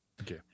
Okay